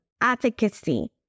advocacy